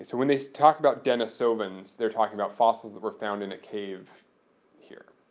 so when they talk about denisovans, they're talking about fossils that were found in a cave here.